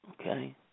Okay